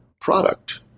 product